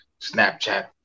Snapchat